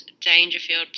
Dangerfield